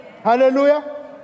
Hallelujah